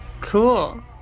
Cool